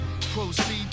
Proceed